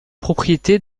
propriété